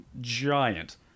giant